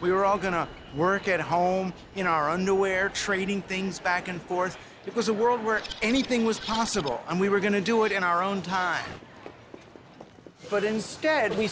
we were all going to work at home in our underwear trading things back and forth it was a world where anything was possible and we were going to do it in our own time but instead we